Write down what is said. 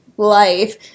Life